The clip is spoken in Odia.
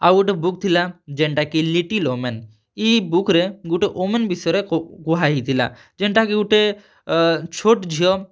ଆଉ ଗୁଟେ ବୁକ୍ ଥିଲା ଯେନ୍ଟା କି ଲିଟିଲ୍ ଓମେନ୍ ଇ ବୁକ୍ ରେ ଗୁଟେ ଓମେନ୍ ବିଷୟରେ କୁହା ହେଇଥିଲା ଯେନ୍ଟା କି ଗୁଟେ ଛୋଟ୍ ଝିଅ